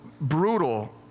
brutal